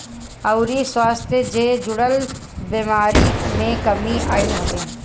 अउरी स्वास्थ्य जे जुड़ल बेमारी में कमी आईल हवे